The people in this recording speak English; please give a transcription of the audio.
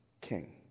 king